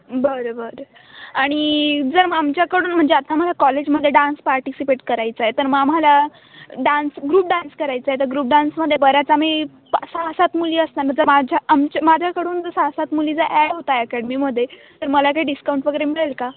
बरं बरं आणि जर मग आमच्याकडून म्हणजे आता मला कॉलेजमध्ये डान्स पार्टिसिपेट करायचं आहे तर मग आम्हाला डान्स ग्रुप डान्स करायचा आहे तर ग्रुप डान्समध्ये बऱ्याच आम्ही पाच सहा सात मुली असणार म्ह जर माझ्या आमच्या माझ्याकडून जर सहा सात मुली जर ॲड होत आहेत अकॅडमीमध्ये तर मला काही डिस्काउंट वगैरे मिळेल का